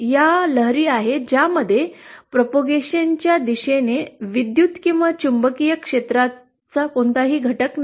टेम लहरी या लहरी आहेत ज्यामध्ये प्रसाराच्या दिशेने विद्युत किंवा चुंबकीय क्षेत्राचा कोणताही घटक नाही